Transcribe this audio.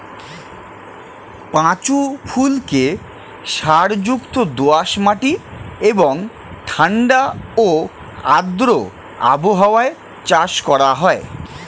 পাঁচু ফুলকে সারযুক্ত দোআঁশ মাটি এবং ঠাণ্ডা ও আর্দ্র আবহাওয়ায় চাষ করা হয়